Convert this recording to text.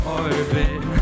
orbit